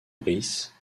brice